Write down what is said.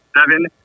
seven